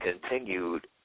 continued